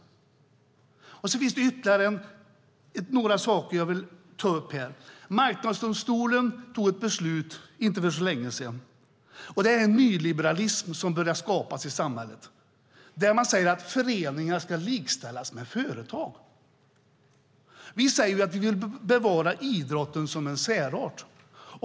Det finns ytterligare några saker som jag vill ta upp här. Marknadsdomstolen fattade ett beslut för inte så länge sedan. Det är en nyliberalism som börjar skapas i samhället där man säger att föreningar ska likställas med företag. Vi vill bevara idrotten som en särart.